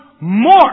more